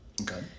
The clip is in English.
Okay